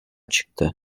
çıktı